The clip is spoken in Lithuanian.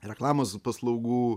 reklamos paslaugų